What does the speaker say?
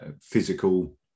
physical